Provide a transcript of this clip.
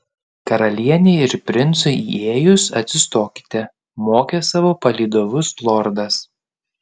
karalienei ir princui įėjus atsistokite mokė savo palydovus lordas